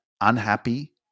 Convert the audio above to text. unhappy